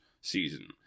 season